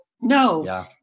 no